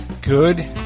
Good